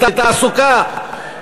בתעסוקה,